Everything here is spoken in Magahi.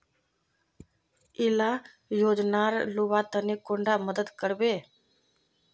इला योजनार लुबार तने कैडा मदद करबे?